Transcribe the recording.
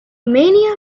mania